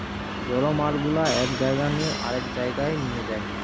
জড় মাল গুলা এক জায়গা নু আরেক জায়গায় লিয়ে যায়